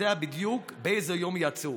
יודע בדיוק באיזה יום יצאו: